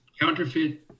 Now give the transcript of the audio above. counterfeit